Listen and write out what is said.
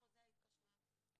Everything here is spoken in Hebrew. בחוזה ההתקשרות.